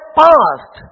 past